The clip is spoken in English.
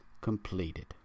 completed